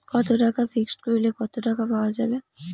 কত টাকা ফিক্সড করিলে কত টাকা পাওয়া যাবে?